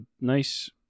nice